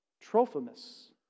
Trophimus